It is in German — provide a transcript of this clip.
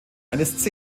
eines